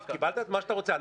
קיבלת את מה שאתה רוצה,